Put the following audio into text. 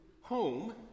home